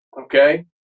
okay